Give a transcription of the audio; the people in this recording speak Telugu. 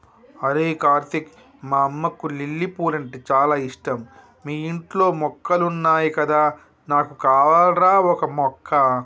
అరేయ్ కార్తీక్ మా అమ్మకు లిల్లీ పూలంటే చాల ఇష్టం మీ ఇంట్లో మొక్కలున్నాయి కదా నాకు కావాల్రా ఓక మొక్క